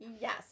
Yes